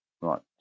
right